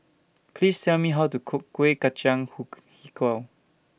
Please Tell Me How to Cook Kueh Kacang Hijau